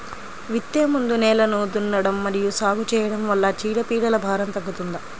విత్తే ముందు నేలను దున్నడం మరియు సాగు చేయడం వల్ల చీడపీడల భారం తగ్గుతుందా?